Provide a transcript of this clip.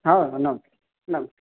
ହଁ